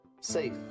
Safe